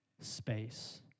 space